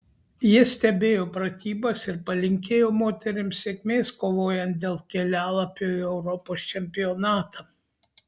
jie stebėjo pratybas ir palinkėjo moterims sėkmės kovojant dėl kelialapio į europos čempionatą